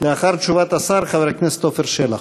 לאחר תשובת השר, חבר הכנסת עפר שלח.